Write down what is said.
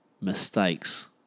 mistakes